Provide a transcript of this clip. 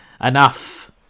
Enough